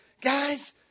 Guys